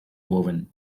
woven